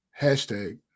Hashtag